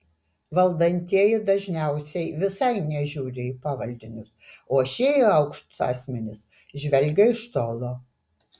valdantieji dažniausiai visai nežiūri į pavaldinius o šie į aukštus asmenis žvelgia iš tolo